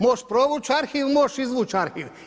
Moš' provuć arhiv, moš' izvuć arhiv.